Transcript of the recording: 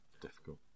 Difficult